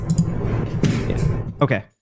Okay